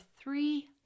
three